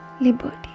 liberty